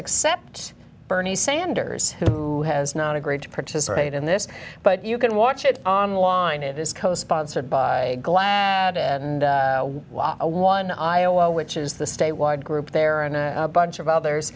except bernie sanders who has not agreed to participate in this but you can watch it online it is co sponsored by glad and why one iowa which is the statewide group there are a bunch of others